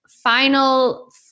Final